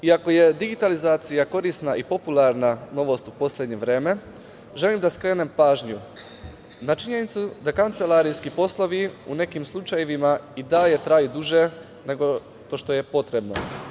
Iako je digitalizacija korisna i popularna novost u poslednje vreme, želim da skrenem pažnju na činjenicu da kancelarijski poslovi u nekim slučajevima i dalje traju duže nego što je potrebno.